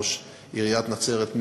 ראש עיריית נצרת,